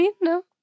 No